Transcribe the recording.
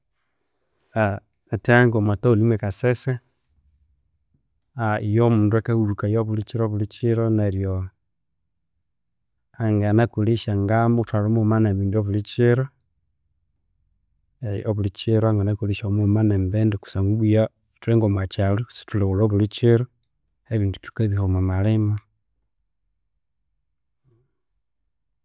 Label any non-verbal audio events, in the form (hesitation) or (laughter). (hesitation) hathya ngo mwa town mwe kasese (hesitation) omundu akahulhukaya obulhikiro bulhikiro neryo anganakolhesya nga muthwalhu mughuma ne mbindi (hesitation) obulhikiro anganakolhesya omuthwalhu mughuma ne mbindi kusangwa ibwa (hestn) ithwe ngo mwa kyalhu sithulhighulha obulhikiro, ebindi thukabiha omwa malhima.